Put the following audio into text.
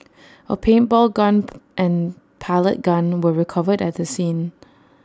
A paintball gun and pellet gun were recovered at the scene